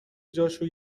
جاشو